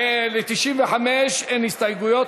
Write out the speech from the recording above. ול-95 אין הסתייגויות,